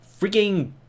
freaking